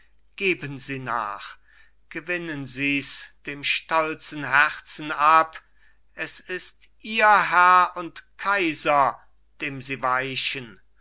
geben sie nach gewinnen sies dem stolzen herzen ab es ist ihr herr und kaiser dem sie weichen